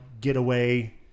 getaway